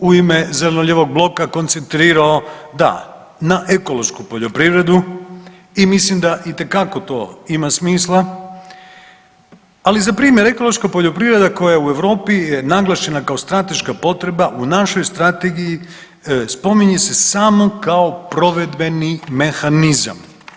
Ja sam se u ime zeleno-lijevog bloka koncentriralo da na ekološku poljoprivredu i mislim da itekako to ima smisla, ali za primjer ekološka poljoprivreda koja u Europi je naglašena kao potreba u našoj strategiji spominje se samo kao provedbeni mehanizam.